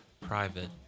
private